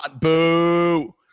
boo